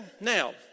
Now